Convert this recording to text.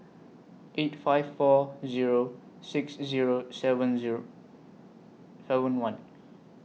eight five four Zero six Zero seven Zero seven one